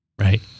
Right